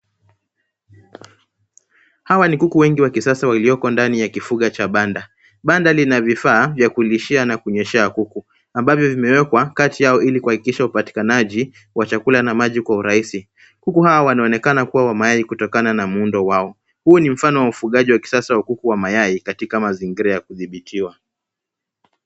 Hawa ni kuku wengi wa kisasa walioko ndani ya kifuga cha banda. Banda lina vifaa vya kulishia na kunyweshea